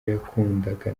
yakundaga